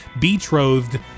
Betrothed